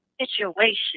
situation